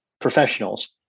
professionals